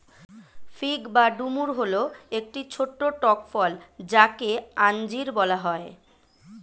fig বা ডুমুর হল একটি ছোট্ট টক ফল যাকে আঞ্জির বলা হয়